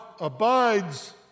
abides